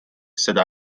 seda